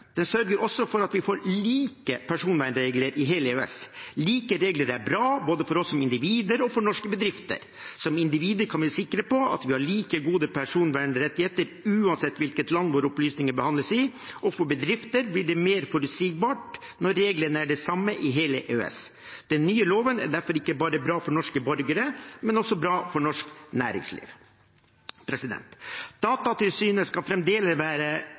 Den sørger også for at vi får like personvernregler i hele EØS. Like regler er bra, både for oss som individer og for norske bedrifter. Som individer kan vi være sikre på at vi har like gode personvernrettigheter uansett hvilket land våre opplysninger behandles i, og for bedrifter blir det mer forutsigbart når reglene er de samme i hele EØS. Den nye loven er derfor ikke bare bra for norske borgere, men også bra for norsk næringsliv. Datatilsynet skal fremdeles være